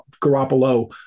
Garoppolo